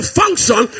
function